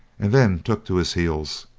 and then took to his heels.